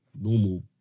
normal